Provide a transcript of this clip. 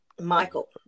Michael